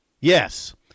Yes